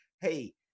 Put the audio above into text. hey